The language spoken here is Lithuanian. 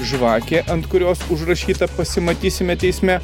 žvakė ant kurios užrašyta pasimatysime teisme